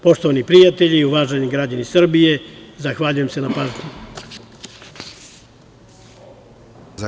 Poštovani prijatelji i uvaženi građani Srbije zahvaljujem se na pažnji.